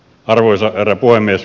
arvoisa herra puhemies